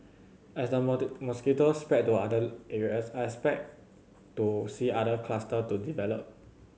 as the mosquitoes spread to other areas I expect to see other cluster to develop